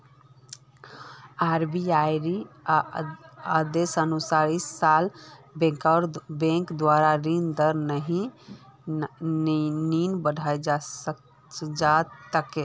आरबीआईर आदेशानुसार इस साल बैंकेर द्वारा ऋण दर नी बढ़ाल जा तेक